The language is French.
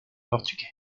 portugais